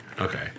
Okay